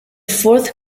fourth